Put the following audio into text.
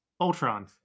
Ultron